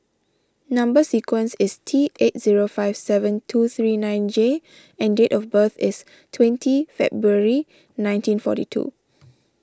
Number Sequence is T eight zero five seven two three nine J and date of birth is twenty February nineteen forty two